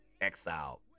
exiled